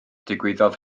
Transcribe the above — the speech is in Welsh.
digwyddodd